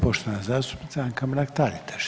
poštovana zastupnica Anka Mrak Taritaš.